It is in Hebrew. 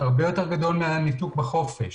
הרבה יותר גדול מהניתוק בחופש.